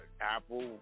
Apple